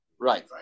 right